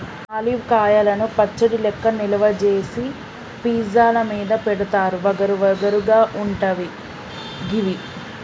olive కాయలను పచ్చడి లెక్క నిల్వ చేసి పిజ్జా ల మీద పెడుతారు వగరు వగరు గా ఉంటయి గివి